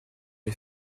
les